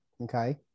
okay